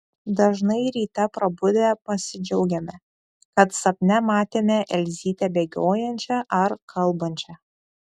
dažnai ryte prabudę pasidžiaugiame kad sapne matėme elzytę bėgiojančią ar kalbančią